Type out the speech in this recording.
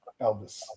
Elvis